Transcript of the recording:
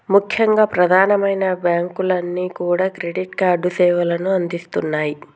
ముఖ్యంగా ప్రధానమైన బ్యాంకులన్నీ కూడా క్రెడిట్ కార్డు సేవలను అందిస్తున్నాయి